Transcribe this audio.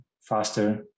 faster